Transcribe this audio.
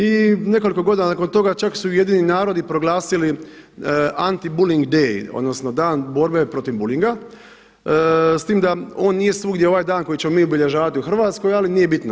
I nekoliko godina nakon toga su čak Ujedinjeni narodi proglasili anti buling day, odnosno dan borbe protiv bulinga s tim da on nije svugdje ovaj dan koji ćemo mi obilježavati u Hrvatskoj, ali nije bitno.